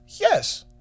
Yes